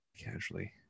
casually